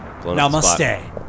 Namaste